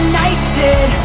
United